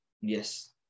yes